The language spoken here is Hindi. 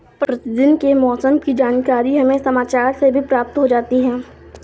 प्रतिदिन के मौसम की जानकारी हमें समाचार से भी प्राप्त हो जाती है